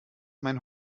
mein